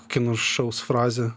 kai nušaus frazę